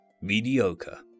Mediocre